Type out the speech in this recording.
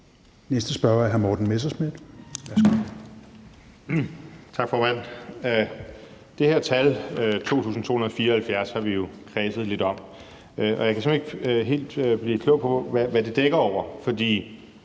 Værsgo. Kl. 15:59 Morten Messerschmidt (DF): Tak, formand. Det her tal, 2.274, har vi jo fablet lidt om, og jeg kan simpelt hen ikke helt blive klog på, hvad det dækker over,